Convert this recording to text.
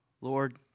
Lord